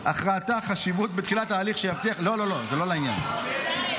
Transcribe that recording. זה לא לעניין,